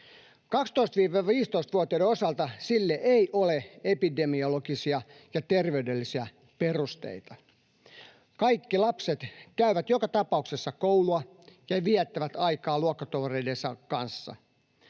12—15-vuotiaiden osalta sille ei ole epidemiologisia ja terveydellisiä perusteita. Kaikki lapset käyvät joka tapauksessa koulua ja viettävät aikaa luokkatovereidensa kanssa.